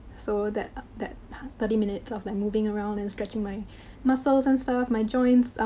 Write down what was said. so, that that thirty minutes of and moving around and stretching my muscles and stuff. my joints,